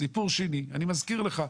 סיפור שני, אני מזכיר לך,